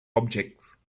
objects